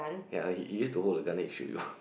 ya he he used to hold the gun and shoot you